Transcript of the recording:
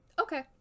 okay